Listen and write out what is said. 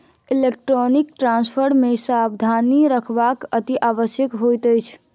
electronic transfer मे सावधानी राखब अतिआवश्यक होइत अछि